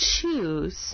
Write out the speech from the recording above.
choose